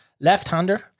Left-hander